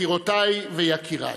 יקירותיי ויקיריי,